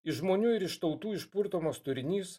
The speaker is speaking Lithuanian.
iš žmonių ir iš tautų išpurtomos turinys